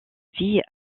vie